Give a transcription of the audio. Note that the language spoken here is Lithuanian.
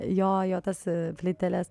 jo jo tas plyteles